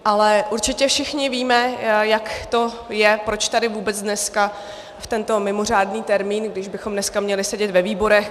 Ale určitě všichni víme, jak to je, proč tady vůbec dneska v tento mimořádný termín, když bychom dneska měli sedět ve výborech...